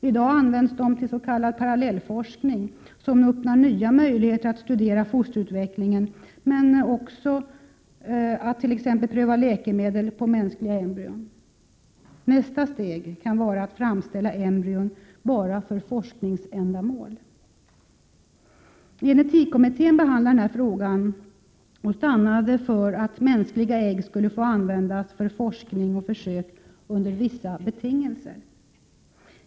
I dag används de till s.k. parallellforskning, som öppnar nya möjligheter att studera fosterutvecklingen men också att t.ex. pröva läkemedel på mänskliga embryon. Nästa steg kan bli att framställa embryon bara för forskningsändamål. Gen-etikkommittén behandlade denna fråga och ansåg att mänskliga ägg skall få användas för forskning och försök under vissa betingelser.